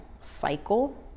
cycle